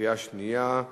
בקריאה שנייה.